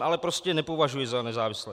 Ale prostě nepovažuji je za nezávislé.